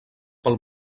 pel